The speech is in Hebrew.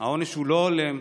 העונש לא הולם.